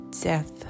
death